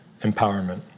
empowerment